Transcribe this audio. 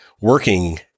working